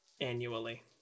annually